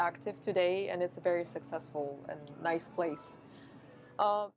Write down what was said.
active today and it's a very successful and nice place